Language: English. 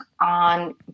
on